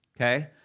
okay